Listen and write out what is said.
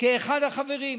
כאחד החברים,